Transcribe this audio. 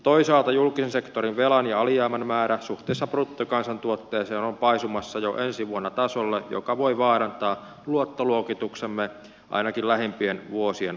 toisaalta julkisen sektorin velan ja alijäämän määrä suhteessa bruttokansantuotteeseen on paisumassa jo ensi vuonna tasolle joka voi vaarantaa luottoluokituksemme ainakin lähimpien vuosien aikana